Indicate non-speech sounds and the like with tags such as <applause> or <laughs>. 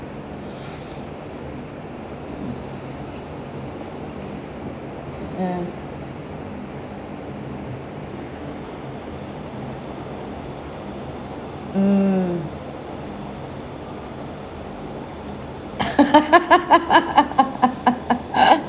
mm mm <laughs>